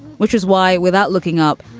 which is why, without looking up,